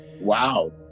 Wow